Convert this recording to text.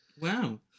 Wow